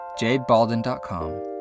jadebalden.com